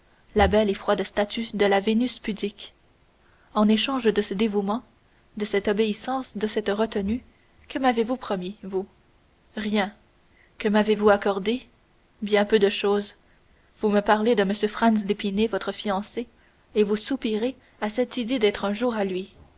la belle et froide statue de la vénus pudique en échange de ce dévouement de cette obéissance de cette retenue que m'avez-vous promis vous rien que m'avez-vous accordé bien peu de chose vous me parlez de m d'épinay votre fiancé et vous soupirez à cette idée d'être un jour à lui